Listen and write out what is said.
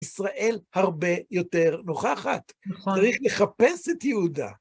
ישראל הרבה יותר נוכחת, צריך לחפש את יהודה.